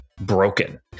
broken